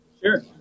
Sure